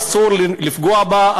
אסור לפגוע בה,